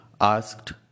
asked